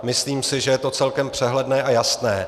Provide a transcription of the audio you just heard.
Myslím si, že je to celkem přehledné a jasné.